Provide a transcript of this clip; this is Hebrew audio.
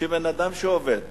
שבן-אדם עובד